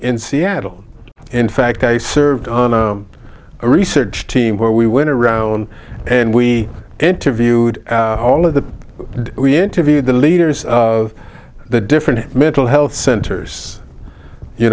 in seattle in fact i served on a research team where we went around and we interviewed all of the we interviewed the leaders of the different mental health centers you